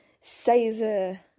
savor